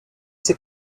ses